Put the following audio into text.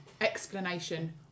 explanation